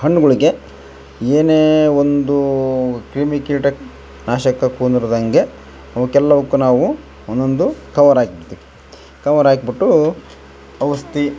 ಹಣ್ಣುಗಳಿಗೆ ಏನೇ ಒಂದೂ ಕ್ರಿಮಿ ಕೀಟ ನಾಶಕ ಕುಂದ್ರದಂಗೆ ಅವುಕೆಲ್ಲವುಕ್ಕು ನಾವು ಒಂದೊಂದು ಕವರಾಕ್ಬಿಡ್ತಿವಿ ಕವರ್ ಹಾಕ್ಬಿಟ್ಟು ಔಷಧಿ